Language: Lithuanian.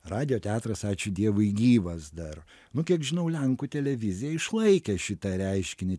radijo teatras ačiū dievui gyvas dar nu kiek žinau lenkų televizija išlaikė šitą reiškinį